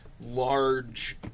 large